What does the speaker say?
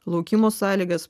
laukimo sąlygas